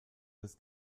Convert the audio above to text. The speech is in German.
des